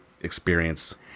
experience